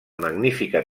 magnífica